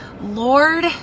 Lord